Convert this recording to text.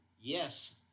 Yes